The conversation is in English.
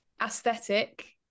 Aesthetic